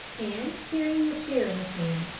and, carrying a chair in his hand,